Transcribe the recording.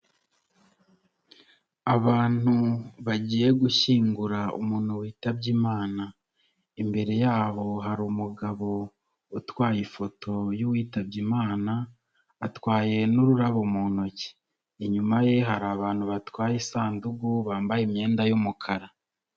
Abantu bagiye gushyingura umuntu witabye imana, imbere yabo hari umugabo utwaye ifoto y'uwitabye Imana atwaye n'ururabo mu ntoki, inyuma ye hari abantu batwaye isanduku bambaye imyenda y'umukara.